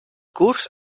curs